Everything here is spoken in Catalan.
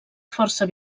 força